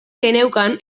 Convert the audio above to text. geneukan